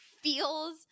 feels